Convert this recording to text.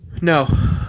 No